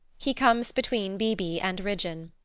he comes between b. b. and ridgeon.